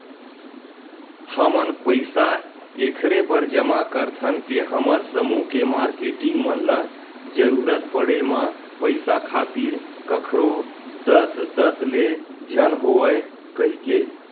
हमन पइसा ऐखरे बर जमा करथन के हमर समूह के मारकेटिंग मन ल जरुरत पड़े म पइसा खातिर कखरो दतदत ले झन होवय कहिके